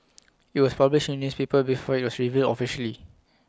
IT was published in newspaper before IT was revealed officially